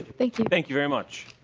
thank you thank you very much.